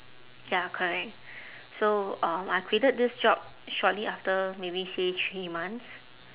ya correct so um I quitted this job shortly after maybe say three months